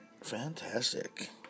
fantastic